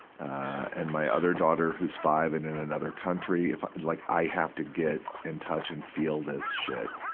and my other daughter who's five and in another country if i, like i have to get in touch and feel this shit.